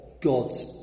God's